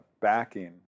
backing